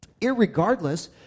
Irregardless